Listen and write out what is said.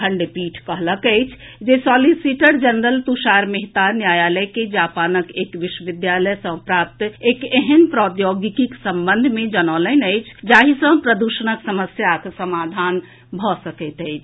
खंडपीठ कहलक जे सॉलिसीटर जनरल तुषार मेहता न्यायालय के जापानक एक विश्वविद्यालय सॅ प्राप्त एक एहेन प्रौद्योगिकी संबंध मे जनौलनि अछि जाहि सॅ प्रदूषणक समस्याक समाधान भऽ सकैत अछि